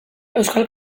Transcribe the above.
euskal